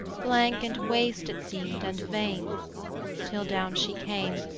blank and waste it seemed and vain till down she came,